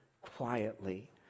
quietly